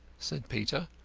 said peter.